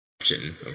option